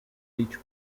each